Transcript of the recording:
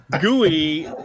gooey